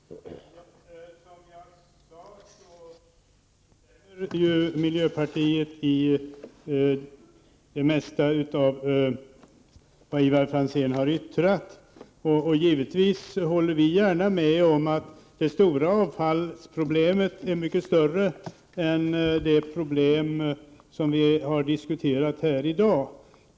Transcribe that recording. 15 december 1988 << Herrtalman! Som jag redan sagt instämmer miljöpartiet i det mesta av vad Ivar Franzén har yttrat. Givetvis håller vi gärna med om att problemet med slutförvaring av använt kärnbränsle är mycket större än de problem som vi diskuterar här i dag.